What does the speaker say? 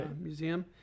Museum